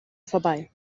vorbei